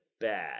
bad